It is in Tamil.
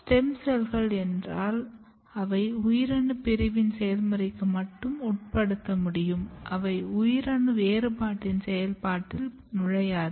ஸ்டெம் செல்கள் என்றால் அவை உயிரணுப் பிரிவின் செயல்முறைக்கு மட்டுமே உட்படுத்த முடியும் அவை உயிரணு வேறுபாட்டின் செயல்பாட்டில் நுழையாது